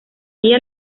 ella